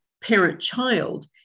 parent-child